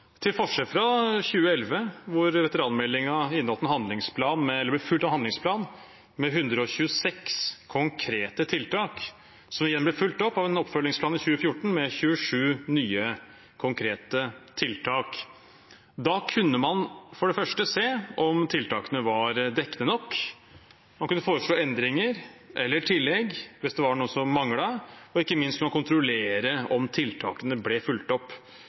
til forskjell fra 2011, da veteranmeldingen ble fulgt av en handlingsplan med 126 konkrete tiltak, som igjen ble fulgt opp av en oppfølgingsplan i 2014 med 27 nye konkrete tiltak. Da kunne man for det første se om tiltakene var dekkende nok, man kunne foreslå endringer eller tillegg hvis det var noe som manglet, og ikke minst kunne man kontrollere om tiltakene ble fulgt opp